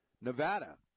Nevada